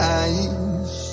eyes